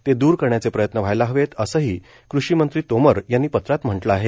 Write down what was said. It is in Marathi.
ते दूर करण्याचे प्रयत्न व्हायला हवेत असंही कृषीमंत्री तोमर यांनी पत्रांत म्हटलं आहे